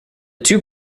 two